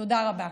תודה רבה.